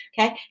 okay